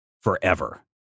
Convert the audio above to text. forever